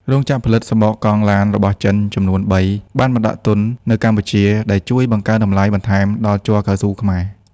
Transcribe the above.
រោងចក្រផលិតសំបកកង់ឡានរបស់ចិនចំនួន ៣ បានមកបណ្ដាក់ទុននៅកម្ពុជា ដែលជួយបង្កើនតម្លៃបន្ថែមដល់ជ័រកៅស៊ូខ្មែរ។